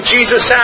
Jesus